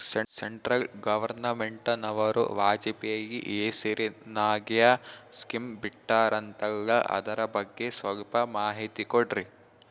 Central ಗವರ್ನಮೆಂಟನವರು ವಾಜಪೇಯಿ ಹೇಸಿರಿನಾಗ್ಯಾ scheme ಬಿಟ್ಟಾರಂತಲ್ಲ ಅದರ ಬಗ್ಗೆ ಸ್ವಲ್ಪ ಮಾಹಿತಿ ಕೊಡ್ರಿ?